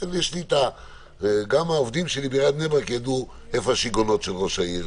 גם העובדים שלי בעיריית בני ברק ידעו איפה השיגעונות של ראש העיר